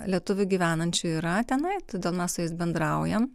lietuvių gyvenančių yra tenai todėl mes su jais bendraujam